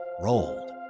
rolled